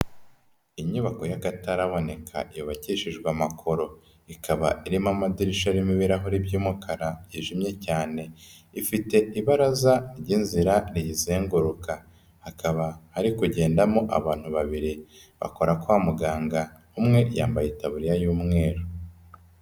Inyubako y'akataraboneka yubakishejwe amakoro, ikaba irimo amadirishy arimo ibirahuri by'umukara byijimye cyane, ifite ibaraza ry'inzira riyizenguruka, hakaba hari kugendamo abantu babiri bakora kwa muganga, umwe yambaye itaburiya y'umweru.